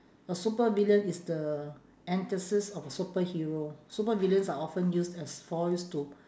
a supervillain is the antithesis of a superhero supervillains are often used as foils to